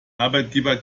arbeitgeber